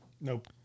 Nope